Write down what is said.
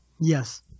Yes